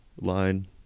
line